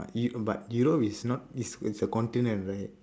but you but you know it's not it's it's a continent right